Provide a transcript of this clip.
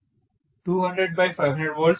professor 200 500 volts 50 hertz